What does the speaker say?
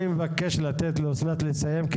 אני מבקש לתת לאסנת לסיים,